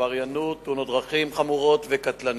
עבריינות ותאונות דרכים חמורות וקטלניות.